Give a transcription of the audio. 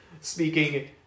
speaking